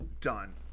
done